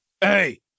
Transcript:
hey